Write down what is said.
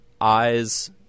eyes